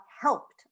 helped